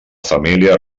família